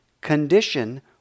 condition